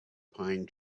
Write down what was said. pine